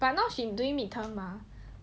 but now she doing mid term mah